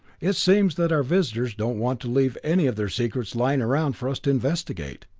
it seems that our visitors don't want to leave any of their secrets lying around for us to investigate.